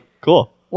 Cool